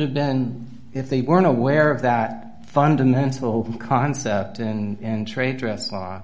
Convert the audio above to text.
have been if they weren't aware of that fundamental concept in trade dress law